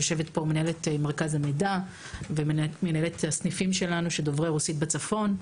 ויושבת פה מנהלת מרכז המידע ומנהלת הסניפים שלנו של דוברי רוסית בצפון,